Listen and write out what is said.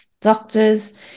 doctors